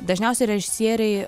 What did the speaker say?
dažniausiai režisieriai